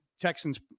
Texans